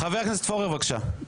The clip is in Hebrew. חבר הכנסת פורר, בבקשה.